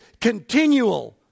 continual